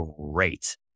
great